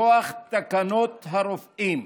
מכוח תקנות הרופאים